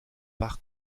par